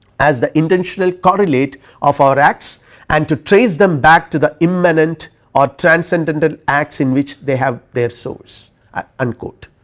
as the intentional correlate of our acts and to trace them back to the immanent or transcendental acts in which they have their source unquote.